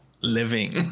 living